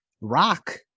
rock